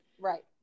Right